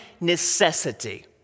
necessity